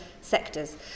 sectors